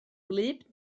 wlyb